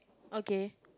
okay